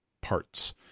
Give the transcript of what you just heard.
parts